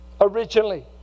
Originally